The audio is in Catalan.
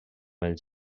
els